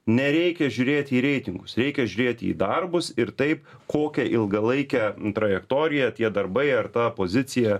nereikia žiūrėti į reitingus reikia žiūrėti į darbus ir taip kokią ilgalaikę trajektoriją tie darbai ar ta pozicija